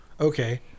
Okay